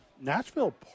Nashville